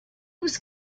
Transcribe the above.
was